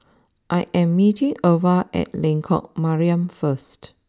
I am meeting Irva at Lengkok Mariam first